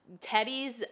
Teddy's